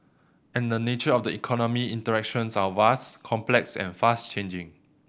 and the nature of the economy interactions are vast complex and fast changing